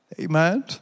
Amen